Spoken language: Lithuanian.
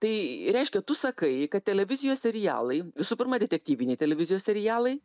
tai reiškia tu sakai kad televizijos serialai visų pirma detektyviniai televizijos serialai